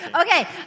Okay